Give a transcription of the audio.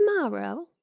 tomorrow